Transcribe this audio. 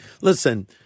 Listen